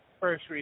first